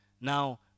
Now